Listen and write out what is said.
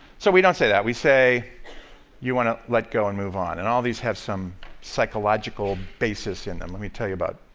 so we don't say that we say you want to let go and move on, and all these have some psychological basis in them. let me tell you about